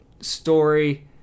story